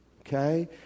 Okay